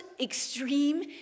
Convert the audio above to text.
extreme